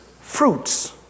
Fruits